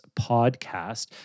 Podcast